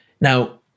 Now